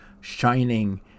Shining